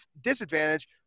disadvantage